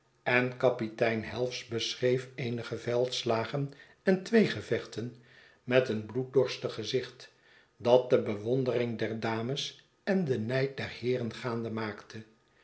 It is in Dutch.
en kapitein helves beschreef eenige veldslagen en tweegevechten met een bloeddorstig gezicht dat de bewondering der dames en den nijd der heeren gaande maakte